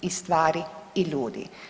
I stvari i ljudi.